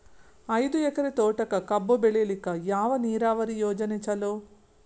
ಐದು ಎಕರೆ ತೋಟಕ ಕಬ್ಬು ಬೆಳೆಯಲಿಕ ಯಾವ ನೀರಾವರಿ ಯೋಜನೆ ಚಲೋ?